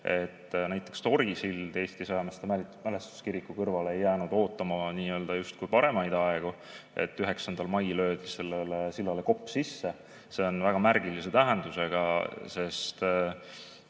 näiteks Tori sild Eesti sõjameeste mälestuskiriku kõrval ei jäänud ootama justkui paremaid aegu ja 9. mail löödi sellele sillale kopp sisse. See on väga märgilise tähendusega, sest